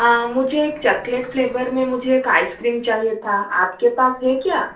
हाँ मुझे एक चकलेट फ्लेवर में मुझे एक आइस क्रीम चाहिए था आपके पास है क्या